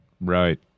Right